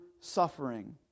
suffering